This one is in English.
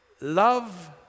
love